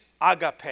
agape